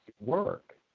work